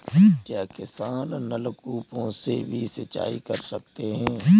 क्या किसान नल कूपों से भी सिंचाई कर सकते हैं?